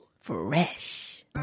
Fresh